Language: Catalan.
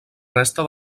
resta